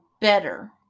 better